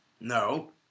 No